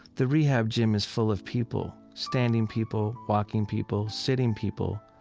the rehab gym is full of people standing people, walking people, sitting people,